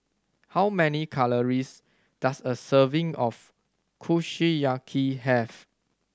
how many calories does a serving of Kushiyaki have